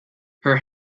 her